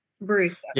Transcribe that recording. Bruce